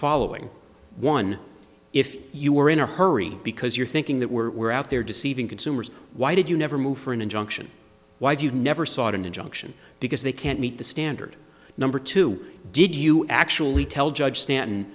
following one if you were in a hurry because you're thinking that we're out there deceiving consumers why did you never move for an injunction why you never sought an injunction because they can't meet the standard number two did you actually tell judge stanton